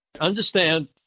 Understand